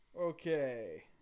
Okay